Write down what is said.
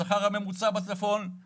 השכר הממוצע בצפון הוא